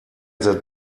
that